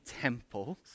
temples